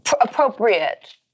appropriate